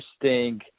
interesting